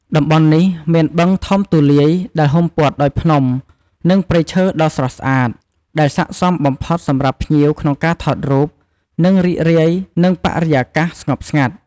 តំបន់នេះមានបឹងធំទូលាយដែលហ៊ុំព័ទ្ធដោយភ្នំ និងព្រៃឈើដ៏ស្រស់ស្អាត ដែលស័ក្តិសមបំផុតសម្រាប់ភ្ញៀវក្នុងការថតរូប និងរីករាយនឹងបរិយាកាសស្ងប់ស្ងាត់។